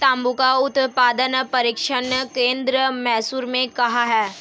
तंबाकू उत्पादन प्रशिक्षण केंद्र मैसूर में कहाँ है?